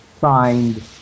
signed